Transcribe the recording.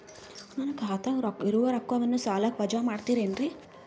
ನನ್ನ ಖಾತಗ ಇರುವ ರೊಕ್ಕವನ್ನು ಸಾಲಕ್ಕ ವಜಾ ಮಾಡ್ತಿರೆನ್ರಿ?